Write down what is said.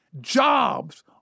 Jobs